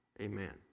Amen